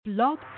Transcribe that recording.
Blog